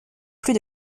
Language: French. plus